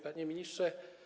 Panie Ministrze!